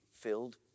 filled